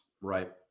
Right